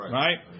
right